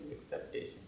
acceptation